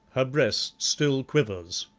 her breast still quivers.